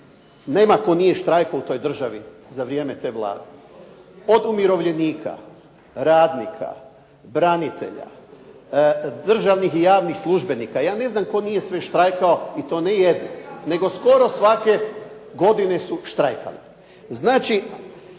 Nema tko nije štrajkao u toj državi za vrijeme te Vlade. Od umirovljenika, radnika, branitelja, državnih i javnih službenika. Ja ne znam tko sve nije štrajkao. I to ne jednom. Nego skoro svake godine su štrajkali.